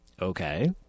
Okay